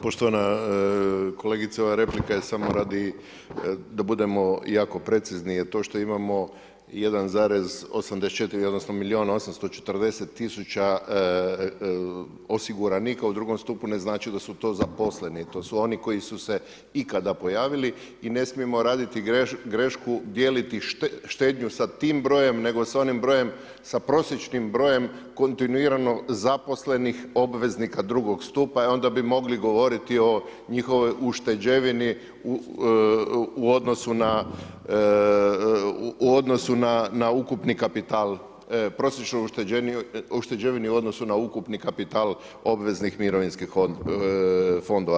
Poštovana kolegice, ova replika je samo radi da budemo jako precizni je to što imamo 1,84, odnosno milijun i 840 000 osiguranika u II stupu ne znači da su to zaposleni, to su oni koji su se ikada pojavili i ne smijemo raditi grešku, dijeliti štednju sa tim brojem, nego sa onim brojem, sa prosječnim brojem kontinuirano zaposlenih obveznika II stupa i onda bi mogli govoriti o njihovoj ušteđevini u odnosu na ukupni kapital, prosječnoj ušteđevini u odnosu na ukupni kapital obveznih mirovinskih fondova.